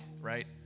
right